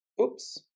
oops